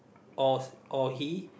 or or he